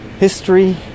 History